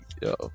yo